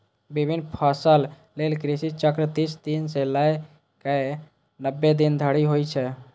विभिन्न फसल लेल कृषि चक्र तीस दिन सं लए कए नब्बे दिन धरि होइ छै